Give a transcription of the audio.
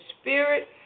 spirit